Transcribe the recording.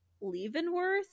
Leavenworth